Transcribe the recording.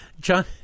John